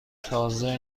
تازه